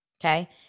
Okay